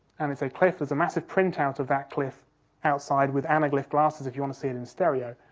and it's a cliff, there's a massive printout of that cliff outside with anaglyph glasses if you want to see it in stereo.